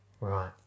Right